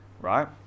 right